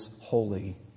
holy